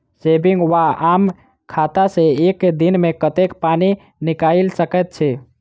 Saving वा आम खाता सँ एक दिनमे कतेक पानि निकाइल सकैत छी?